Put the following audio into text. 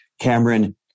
Cameron